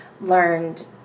learned